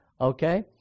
Okay